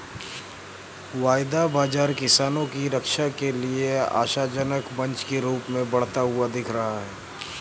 वायदा बाजार किसानों की रक्षा के लिए आशाजनक मंच के रूप में बढ़ता हुआ दिख रहा है